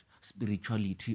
spirituality